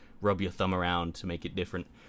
rub-your-thumb-around-to-make-it-different